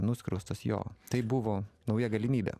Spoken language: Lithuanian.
nuskriaustas jo tai buvo nauja galimybė